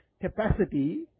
capacity